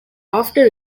after